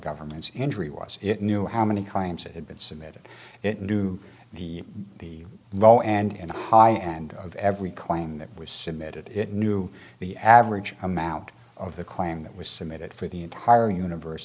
government's injury was it knew how many claims it had been submitted it knew the the low and high end of every claim that was submitted it knew the average amount of the claim that was submitted for the entire universe